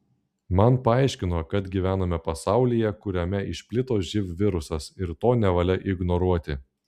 man paaiškino kad gyvename pasaulyje kuriame išplito živ virusas ir to nevalia ignoruoti